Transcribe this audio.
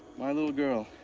my little girl.